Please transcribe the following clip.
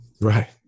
Right